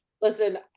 Listen